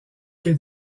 que